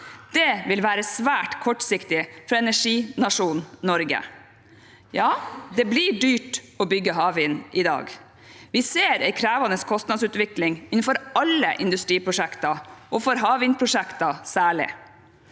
Det vil være svært kortsiktig fra energinasjonen Norge. Ja, det blir dyrt å bygge havvind i dag. Vi ser en krevende kostnadsutvikling innenfor alle industriprosjekter, og særlig for havvindprosjekter.